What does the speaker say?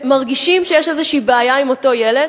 שמרגישים שיש איזו בעיה עם אותו ילד,